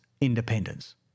independence